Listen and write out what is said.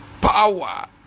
power